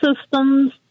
systems